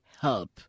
help